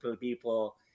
people